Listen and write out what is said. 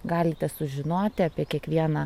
galite sužinoti apie kiekvieną